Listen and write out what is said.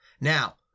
Now